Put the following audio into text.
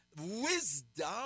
Wisdom